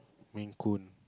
Maine Coon